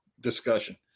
discussion